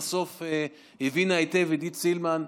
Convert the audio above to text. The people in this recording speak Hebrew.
בסוף הבינה היטב עידית סילמן,